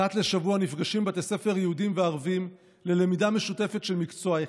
אחת לשבוע נפגשים בתי ספר יהודיים וערביים ללמידה משותפת של מקצוע אחד.